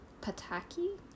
Pataki